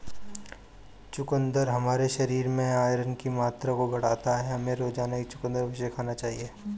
चुकंदर हमारे शरीर में आयरन की मात्रा को बढ़ाता है, हमें रोजाना एक चुकंदर अवश्य खाना चाहिए